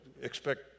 expect